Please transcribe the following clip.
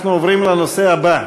אנחנו עוברים לנושא הבא: